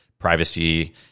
Privacy